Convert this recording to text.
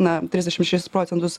na tirisdešim šešis procentus